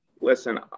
Listen